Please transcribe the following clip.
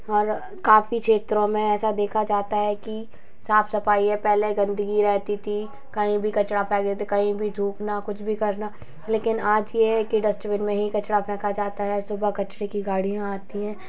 और काफ़ी क्षेत्रों में ऐसा देखा जाता है कि साफ़ सफ़ाई पहले गंदगी रहती थी कहीं भी कचरा फेंक देते थे कहीं भी थूकना कुछ भी करना लेकिन आज की यह है डस्टबिन में ही कचरा फेंका जाता है सुबह कचरे की गाड़ियाँ आती है